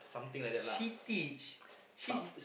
she teach she's